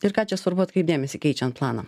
ir ką čia svarbu atkreipt dėmesį keičiant planą